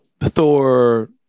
Thor